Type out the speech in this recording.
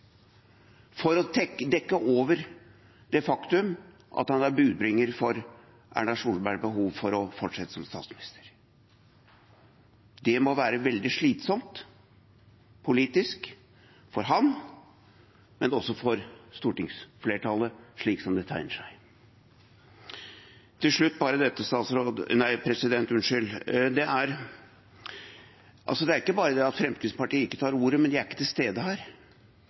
før, for å dekke over det faktum at han er budbringer for Erna Solbergs behov for å fortsette som statsminister. Det må være veldig slitsomt politisk for ham, men også for stortingsflertallet slik som det tegner seg. Til slutt bare dette: Det er ikke bare det at Fremskrittspartiet ikke tar ordet, men de er ikke til stede her,